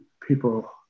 people